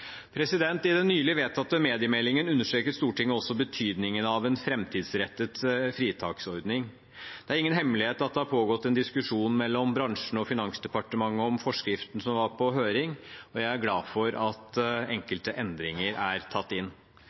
I den nylig vedtatte mediemeldingen understreker Stortinget også betydningen av en framtidsrettet fritaksordning. Det er ingen hemmelighet at det har pågått en diskusjon mellom bransjen og Finansdepartementet om forskriften som var på høring, og jeg er glad for at enkelte endringer er tatt inn.